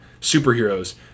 superheroes